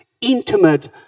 intimate